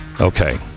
Okay